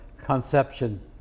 Conception